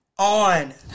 On